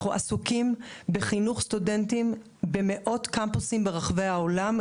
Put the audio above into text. אנחנו עסוקים בחינוך סטודנטים במאות קמפוסים ברחבי העולם,